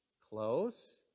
close